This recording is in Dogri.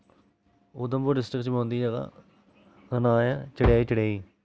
उधमपुर डिस्टिक च पौंदी ओह् जगह ओह्दा नां ऐ चढेई चढेई